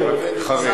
אני רק חרד.